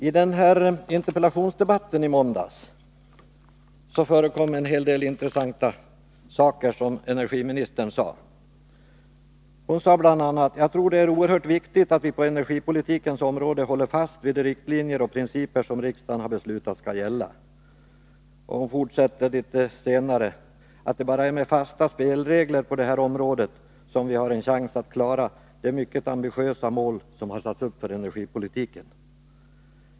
I interpellationsdebatten i måndags sade energiministern en hel del intressanta saker, bl.a. följande: ”Jag tror att det är oerhört viktigt att vi på energipolitikens område håller fast vid de riktlinjer och principer som riksdagen har beslutat skall gälla ——-—-.” Vidare säger hon att ”det bara är med fasta spelregler på det här området som vi har en chans att klara de mycket ambitiösa mål som har satts upp för energipolitiken”.